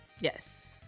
yes